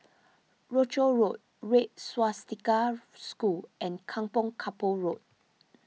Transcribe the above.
Rochor Road Red Swastika School and Kampong Kapor Road